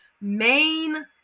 main